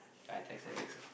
I text Alex